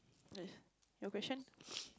eh your question